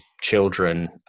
children